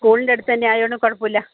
സ്കൂളിൻ്റെ അടുത്തുതന്നെയായതുകൊണ്ട് കുഴപ്പമില്ല